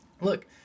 Look